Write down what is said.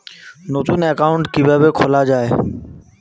নতুন একাউন্ট কিভাবে খোলা য়ায়?